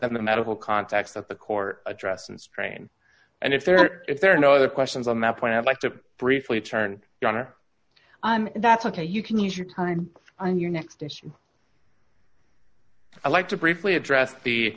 than the medical context that the court address and strain and if there if there are no other questions on that point i'd like to briefly turn your honor on that's ok you can use your time on your next issue i'd like to briefly address the